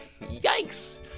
Yikes